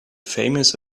famous